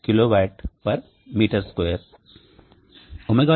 3 kWm2